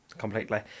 completely